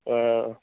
অঁ